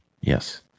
Yes